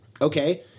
okay